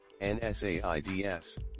NSAIDS